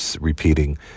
repeating